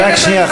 רק שנייה.